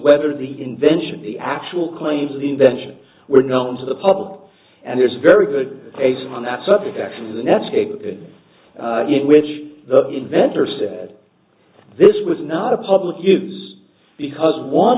whether the invention the actual claims of the invention were known to the public and there's very good taste on that subject actually the netscape in which the inventor said this was not a public use because one